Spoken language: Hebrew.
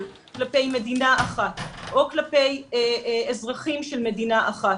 כלפי מדינה אחת או כלפי אזרחים של מדינה אחת,